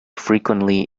frequently